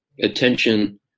attention